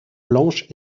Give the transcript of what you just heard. blanche